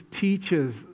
teaches